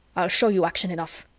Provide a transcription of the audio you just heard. i'll show you action enough.